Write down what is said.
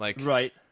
Right